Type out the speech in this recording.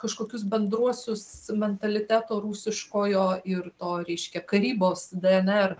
kažkokius bendruosius mentaliteto rusiškojo ir to reiškia karybos dnr